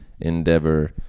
endeavor